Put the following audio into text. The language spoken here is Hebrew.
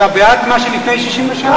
אתה בעד מה שלפני 67'?